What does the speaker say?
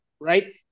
Right